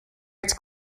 its